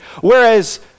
Whereas